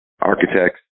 architects